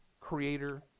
creator